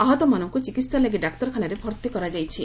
ଆହତମାନଙ୍କୁ ଚିକିହା ଲାଗି ଡାକ୍ତରଖାନାରେ ଭର୍ଉ କରାଯାଇଛି